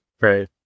Right